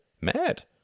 Mad